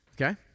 Okay